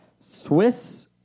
Swiss